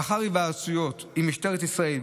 לאחר היוועצויות עם משטרת ישראל,